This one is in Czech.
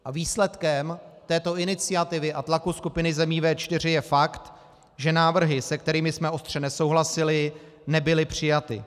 A výsledkem této iniciativy a tlaku skupiny zemí V4 je fakt, že návrhy, se kterými jsme ostře nesouhlasili, nebyly přijaty.